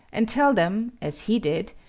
and tell them, as he did,